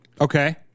Okay